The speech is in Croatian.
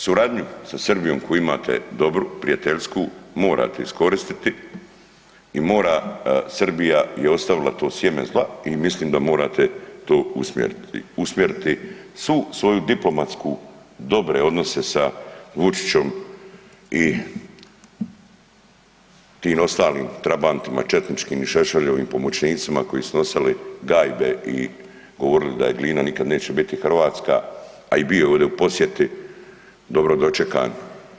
Suradnju sa Srbijom koju imate dobru, prijateljsku morate iskoristiti i Srbija je ostavila to sjeme zla i mislim da morate to usmjeriti, usmjeriti svu svoju diplomatsku dobre odnose sa Vučićom i tim ostalim trabantima četničkim i Šešeljovim pomoćnicima koji su nosili gajbe i govorili da Glina nikad neće biti hrvatska, a bio je ovdje u posjeti dobro dočekan.